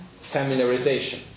familiarization